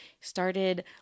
started